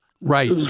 Right